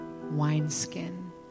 wineskin